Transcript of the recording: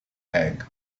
egg